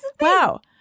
Wow